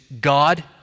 God